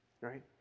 Right